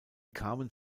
kamen